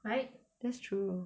right that's true